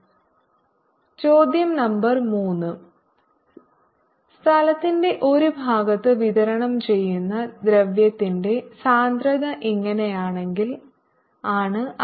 ϕR243π4dϕ2sin22R23π4 4R243π41 cos2ϕ2dϕ5πR24R22 ചോദ്യ നമ്പർ 3 സ്ഥലത്തിന്റെ ഒരു ഭാഗത്ത് വിതരണം ചെയ്യുന്ന ദ്രവ്യത്തിന്റെ സാന്ദ്രത ഇങ്ങനെയാണെങ്കിൽ ആണ്